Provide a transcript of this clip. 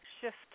shift